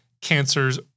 cancers